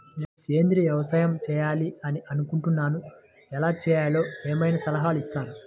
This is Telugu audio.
నేను సేంద్రియ వ్యవసాయం చేయాలి అని అనుకుంటున్నాను, ఎలా చేయాలో ఏమయినా సలహాలు ఇస్తారా?